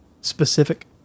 specific